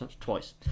twice